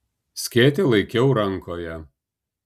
skėtį laikiau rankoje